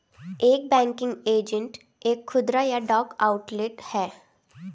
एक banking agent एक खुदरा या डाक आउटलेट है